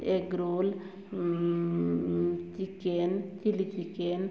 egg roll chicken chilli chicken